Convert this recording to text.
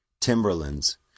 timberlands